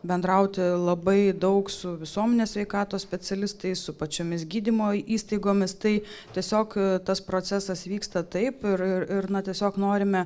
bendrauti labai daug su visuomenės sveikatos specialistais su pačiomis gydymo įstaigomis tai tiesiog tas procesas vyksta taip ir ir ir na tiesiog norime